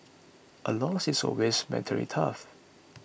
a loss is always mentally tough